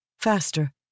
Faster